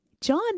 John